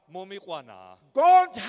God